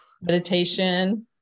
meditation